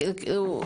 ולא רק בחירום.